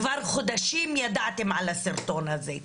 כבר חודשים ידעתם על הסרטון הזה.